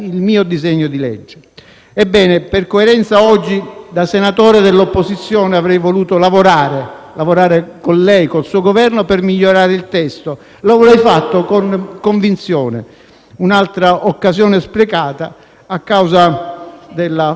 per coerenza oggi da senatore dell'opposizione avrei voluto lavorare con lei, con il suo Governo, per migliorare il testo. E lo avrei fatto con convinzione. È un'altra occasione sprecata a causa della vostra debolezza